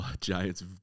Giants